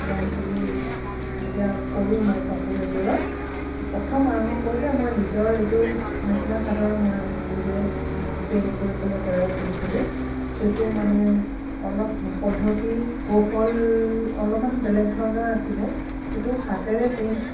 ৰং তুলি যেতিয়া কৰোঁ মই কাপোৰ এযোৰত প্ৰথম আৰম্ভ কৰোঁতে মই নিজৰ এযোৰ মেখেলা চাদৰ মই নিজে পেইণ্ট কৰি পেলাই তৈয়াৰ কৰিছিলোঁ সেইটো মানে অলপ পদ্ধতি কৌশল অলপমান বেলেগ ধৰণৰ আছিলে এইটো হাতেৰে পেইণ্ট